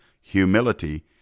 humility